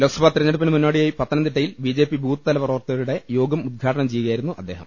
ലോക്സഭാ തെരഞ്ഞെടുപ്പിന് മുന്നോടിയായി പത്തനംതിട്ടയിൽ ബി ജെ പി ബൂത്ത്തല പ്രവർത്തകരുടെ യോഗം ഉദ്ഘാടനം ചെയ്യുകയായിരുന്നു അദ്ദേഹം